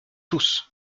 tous